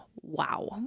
wow